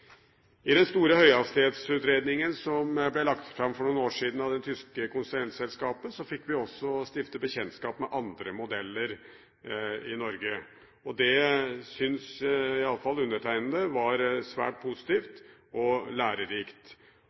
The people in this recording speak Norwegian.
I den store høyhastighetsutredningen som ble lagt fram for noen år siden av det tyske konsulentselskapet, fikk vi i Norge også stifte bekjentskap med andre modeller, og det syns iallfall jeg var svært positivt og lærerikt.